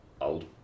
old